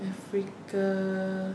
fricker